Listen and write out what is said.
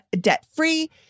debt-free